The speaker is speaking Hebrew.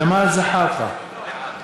ג'מאל זחאלקה,